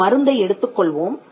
ஒரு மருந்தை எடுத்து கொள்வோம்